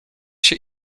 się